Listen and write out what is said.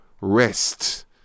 rest